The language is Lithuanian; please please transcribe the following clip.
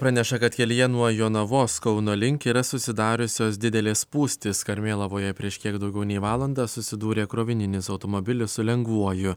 praneša kad kelyje nuo jonavos kauno link yra susidariusios didelės spūstys karmėlavoje prieš kiek daugiau nei valandą susidūrė krovininis automobilis su lengvuoju